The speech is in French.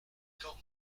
quand